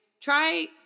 try